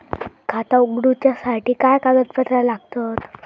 खाता उगडूच्यासाठी काय कागदपत्रा लागतत?